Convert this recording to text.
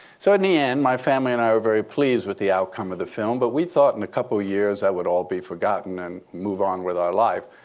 so in the end, my family and i were very pleased with the outcome of the film. but we thought in a couple of years, that would all be forgotten and move on with our life.